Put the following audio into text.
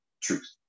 truth